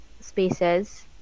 spaces